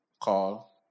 call